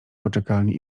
poczekalni